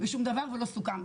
ושום דבר ולא סוכם.